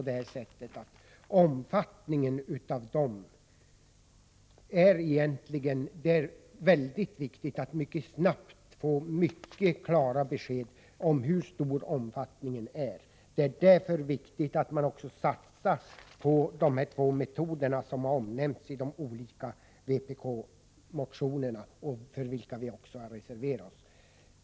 Det är oerhört viktigt att mycket snabbt få klara besked om hur stor omfattningen av skogsskadorna är. Därför är det viktigt att man satsar på de två metoder som har omnämnts i de olika vpk-motioner för vilka vi också har reserverat oss.